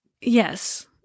Yes